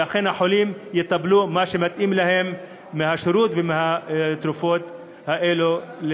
ושהחולים יקבלו מה שמתאים להם מהשירות ומהתרופות האלה,